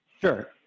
Sure